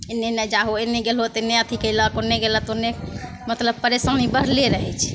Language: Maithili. एन्ने नै जाहो एन्ने गेलहो तऽ एन्ने अथी कएलक ओन्ने गेलहो तऽ ओन्ने मतलब परेशानी बढ़ले रहै छै